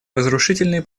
разрушительные